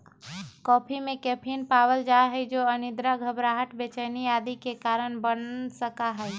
coffee में caffeine पावल जा हई जो अनिद्रा, घबराहट, बेचैनी आदि के कारण बन सका हई